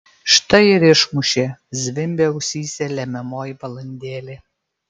štai ir išmušė zvimbia ausyse lemiamoji valandėlė